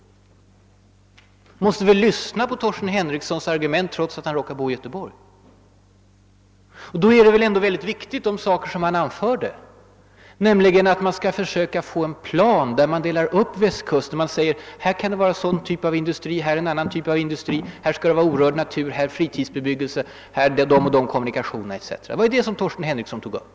Vi måste väl lyssna till Torsten Henriksons argument, trots att han råkar bo i Göteborg. Vad han anfört är väl ändå viktigt, nämligen att man bör försöka få en plan där man delar upp Västkusten och säger, att här kan vi ha den och den typen av industri, här en annan typ av industri, här orörd natur, här fritidsbebyggelse och här de och de kommunikationerna. Det var den saken Torsten Henrikson tog upp.